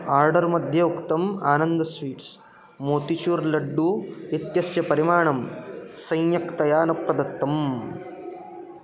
order मध्ये उक्तम् आनन्दस्वीट्स्मोतिचूर् लड्डू इत्यस्य परिमाणं सम्यक्तया न प्रदत्तम्